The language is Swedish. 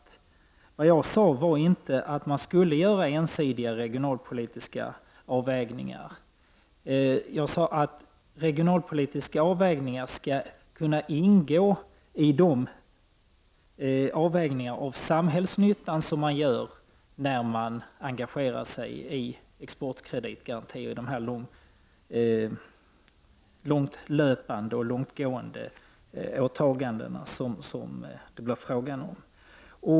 Vad jag sade var inte att man skulle göra ensidiga regionalpolitiska avvägningar. Jag sade att regionalpolitiska avvägningar skall kunna ingå i de bedömningar av samhällsnyttan som man gör när man engagerar sig i exportkreditgarantier och de långt löpande och långtgående åtaganden som det blir fråga om.